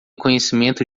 conhecimento